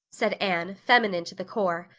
said anne, feminine to the core.